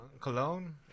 Cologne